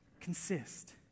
consist